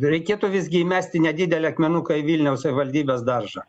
reikėtų visgi įmesti nedidelį akmenuką į vilniaus savivaldybės daržą